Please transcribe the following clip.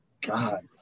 God